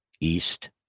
east